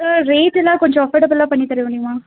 sir rate எல்லாம் கொஞ்சம் அஃபர்டபுல்லாக பண்ணி தர முடியுமா